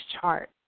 chart